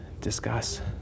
Discuss